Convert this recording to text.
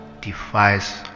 defies